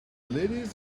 ladies